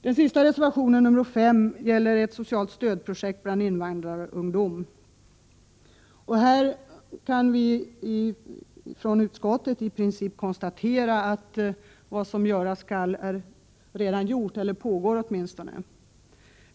Den sista reservationen, reservation 5, gäller ett socialt stödprojekt bland invandrarungdomar. Utskottet kan i princip konstatera att vad som göras skall är redan gjort, eller pågår åtminstone.